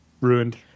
ruined